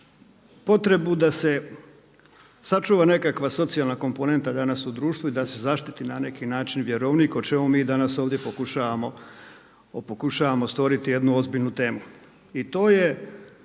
potrebu da se sačuva nekakva socijalna komponenta danas u društvu i da se zaštiti na neki način vjerovnik o čemu mi danas ovdje pokušavamo stvoriti jednu ozbiljnu temu. I to je